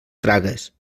tragues